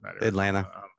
Atlanta